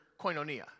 koinonia